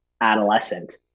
adolescent